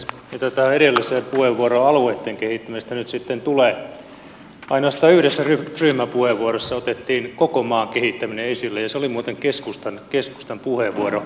mitä tähän edelliseen puheenvuoroon alueitten kehittämisestä nyt sitten tulee ainoastaan yhdessä ryhmäpuheenvuorossa otettiin koko maan kehittäminen esille ja se oli muuten keskustan puheenvuoro